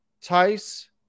Tice